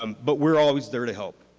but we're always there to help.